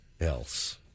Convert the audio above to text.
else